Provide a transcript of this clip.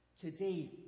today